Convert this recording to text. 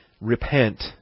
Repent